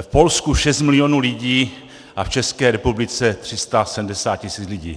v Polsku 6 milionů lidí a v České republice 370 tisíc lidí.